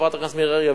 חברת הכנסת מירי רגב,